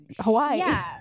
hawaii